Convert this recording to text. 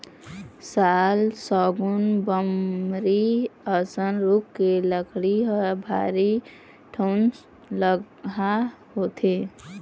साल, सागौन, बमरी असन रूख के लकड़ी ह भारी ठोसलगहा होथे